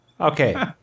Okay